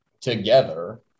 together